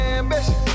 ambition